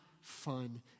fun